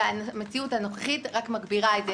והמציאות הנוכחית רק מגבירה את זה.